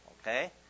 okay